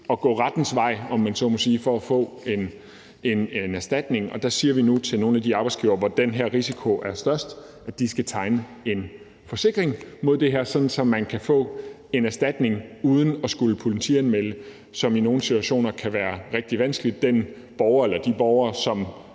og gå rettens vej, om man så må sige, for at få erstatning, og der siger vi nu til nogle af de arbejdsgivere inden for områder, hvor den her risiko er størst, at de skal tegne en forsikring mod det her, så de kan få en erstatning uden at skulle politianmelde den borger eller de borgere, som